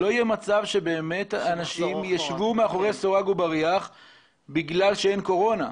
שלא יהיה מצב שבאמת האנשים ישבו מאחורי סורג ובריח בגלל שאין קורונה.